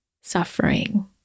suffering